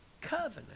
covenant